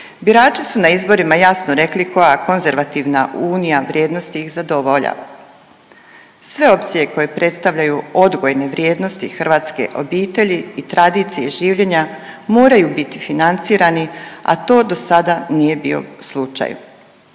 Birači su na izborima jasno rekli koja konzervativna unija vrijednost tih zadovoljava. Sve opcije koje predstavljaju odgojne vrijednosti hrvatske obitelji i tradicije življenja moraju biti financirani, a to do sada nije bio slučaj.